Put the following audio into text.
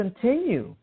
continue